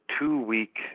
two-week